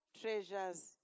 treasures